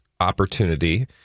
opportunity